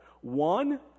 One